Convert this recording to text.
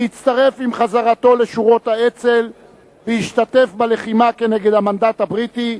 שהצטרף עם חזרתו לשורות האצ"ל והשתתף בלחימה נגד המנדט הבריטי,